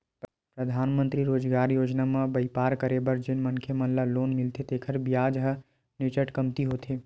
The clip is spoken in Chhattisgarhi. परधानमंतरी रोजगार योजना म बइपार करे बर जेन मनखे मन ल लोन मिलथे तेखर बियाज ह नीचट कमती होथे